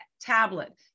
tablet